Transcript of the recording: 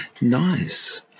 nice